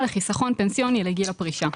לחיסכון פנסיוני לגיל הפרישה.